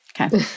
Okay